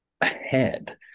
ahead